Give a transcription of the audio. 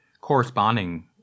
corresponding